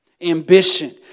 ambition